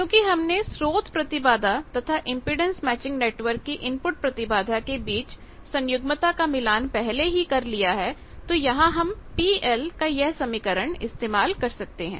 क्योंकि हमने स्रोत प्रतिबाधा तथा इंपेडेंस मैचिंग नेटवर्क की इनपुट प्रतिबाधा के बीच सन्युग्मता का मिलान पहले ही कर लिया है तो यहां हम PL का यह समीकरण इस्तेमाल कर सकते हैं